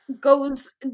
goes